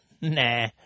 Nah